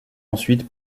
ensuite